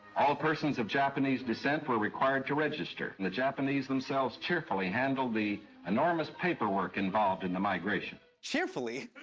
all persons of japanese descent were required to register. and the japanese themselves cheerfully handled the enormous paperwork involved in the migration. cheerfully?